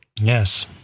Yes